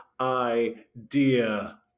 idea